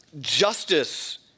justice